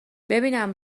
ببینم